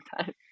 time